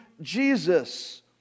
Jesus